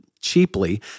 cheaply